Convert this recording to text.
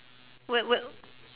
whe~ whe~